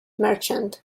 merchant